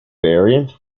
variant